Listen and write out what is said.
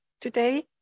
today